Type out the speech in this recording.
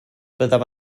byddaf